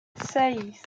seis